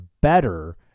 better